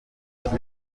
rupfu